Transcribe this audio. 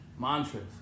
mantras